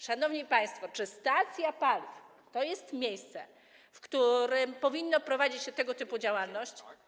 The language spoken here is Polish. Szanowni państwo, czy stacja paliw to jest miejsce, w którym powinno prowadzić się tego typu działalność?